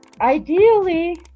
ideally